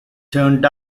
turned